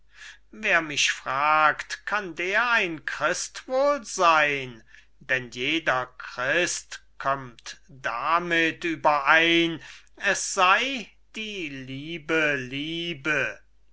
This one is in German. wer mich fragt kann der ein christ wohl sein denn jeder christ kömmt damit überein es sei die liebe liebe